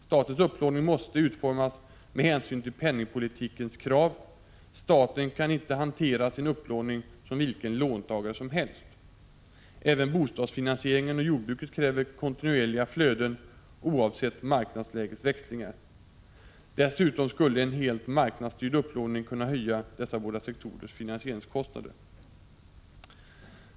Statens upplåning måste utformas med hänsyn till penningpolitikens krav. Staten kan inte hantera sin upplåning som vilken låntagare som helst. Även bostadsfinansieringen och jordbruket kräver kontinuerliga flöden oavsett marknadslägets växlingar. Dessutom skulle en helt marknadsstyrd upplåning kunna höja dessa båda sektorers finansieringskostnader.